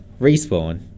respawn